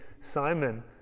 Simon